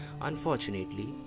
Unfortunately